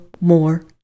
More